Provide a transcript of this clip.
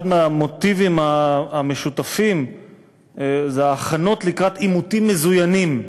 אחד מהמוטיבים המשותפים הוא ההכנות לקראת עימותים מזוינים.